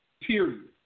period